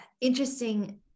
interesting-